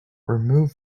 removed